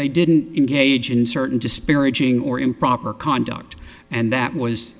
they didn't engage in certain disparaging or improper conduct and that was